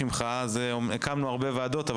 הקמנו הרבה ועדות,